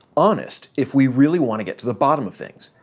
honest if we really want to get to the bottom of things.